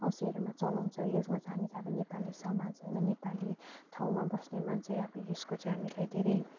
औँसीहरूमा चलाउँछौँ युज गर्छौँ हामी चाहिँ अब नेपाली समाज होइन नेपाली ठाउँमा बस्ने मान्छे अब यसको चाहिँ हामीलाई धेरै